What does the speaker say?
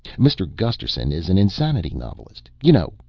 mr. gusterson is an insanity novelist. you know,